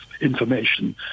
information